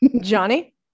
Johnny